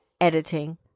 editing